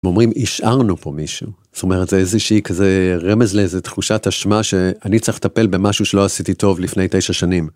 אומרים השארנו פה מישהו, זאת אומרת זה איזה שהיא כזה רמז לאיזה תחושת אשמה שאני צריך לטפל במשהו שלא עשיתי טוב לפני תשע שנים.